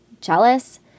jealous